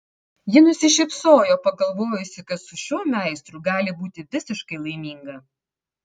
ji nusišypsojo pagalvojusi kad su šiuo meistru gali būti visiškai laiminga